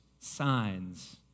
signs